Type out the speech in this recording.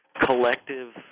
collective